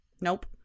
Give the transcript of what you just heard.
nope